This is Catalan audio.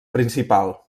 principal